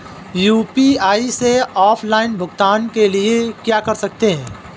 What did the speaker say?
UPI से offline भुगतान के लिए क्या कर सकते हैं?